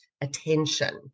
attention